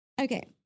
Okay